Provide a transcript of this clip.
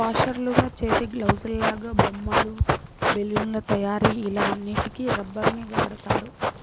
వాషర్లుగా, చేతిగ్లాసులాగా, బొమ్మలు, బెలూన్ల తయారీ ఇలా అన్నిటికి రబ్బరుని వాడుతారు